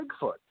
Bigfoot